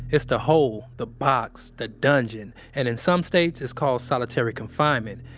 it's the hole, the box, the dungeon, and in some states, it's called solitary confinement,